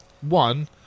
One